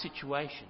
situation